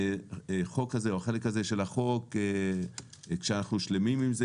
החלק הזה של החוק כשאנחנו שלמים עם זה,